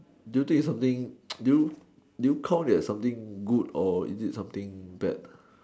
do you think it's something do you do you call that something good or is it something bad